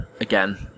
Again